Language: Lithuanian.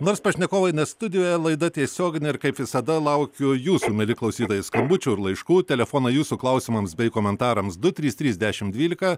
nors pašnekovai ne studijoje laida tiesioginė ir kaip visada laukiu jūsų mieli klausytojai skambučių ir laiškų telefonai jūsų klausimams bei komentarams du trys trys dešimt dvylika